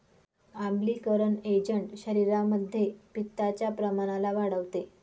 आम्लीकरण एजंट शरीरामध्ये पित्ताच्या प्रमाणाला वाढवते